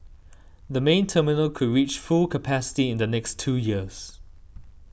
the main terminal could reach full capacity in the next two years